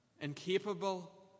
incapable